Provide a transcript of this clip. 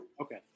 Okay